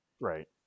Right